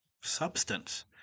substance